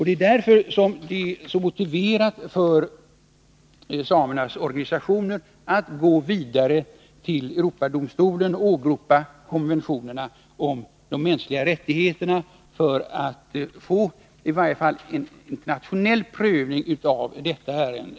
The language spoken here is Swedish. Det är därför motiverat av samernas organisationer att gå vidare till Europadomstolen och åberopa konventionerna om de mänskliga rättigheterna för att i varje fall få en internationell prövning av detta ärende.